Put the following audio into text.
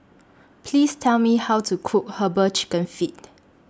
Please Tell Me How to Cook Herbal Chicken Feet